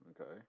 Okay